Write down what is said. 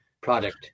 product